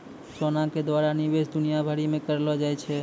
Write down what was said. सोना के द्वारा निवेश दुनिया भरि मे करलो जाय छै